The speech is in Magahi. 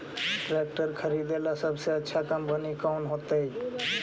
ट्रैक्टर खरीदेला सबसे अच्छा कंपनी कौन होतई?